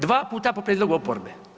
Dva puta po prijedlogu oporbe.